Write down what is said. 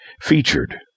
featured